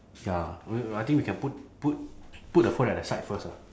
ya I think we can put put put the phone at the side first ah